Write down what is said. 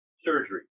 surgery